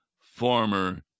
former